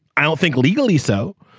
i don't think legally so.